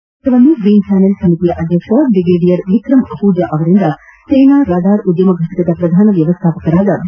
ಪ್ರಮಾಣ ಪತ್ರವನ್ನು green channel ಸಮಿತಿಯ ಅಧ್ಯಕ್ಷ ಬ್ರಿಗೇಡಿಯರ್ ವಿಕ್ರಮ್ ಅಹುಜ ಅವರಿಂದ ಸೇನಾ ರಡಾರ್ ಉದ್ದಮ ಫಟಕದ ಪ್ರಧಾನ ವ್ವಮ್ಮಾಪಕ ಬಿ